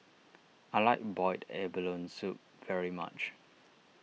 I like Boiled Abalone Soup very much